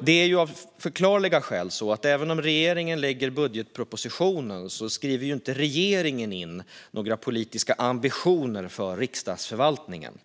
Det är av förklarliga skäl så att även om regeringen lägger budgetpropositionen skriver de inte in några politiska ambitioner för Riksdagsförvaltningen.